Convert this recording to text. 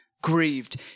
grieved